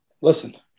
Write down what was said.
listen